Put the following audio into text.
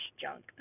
junk